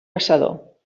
caçador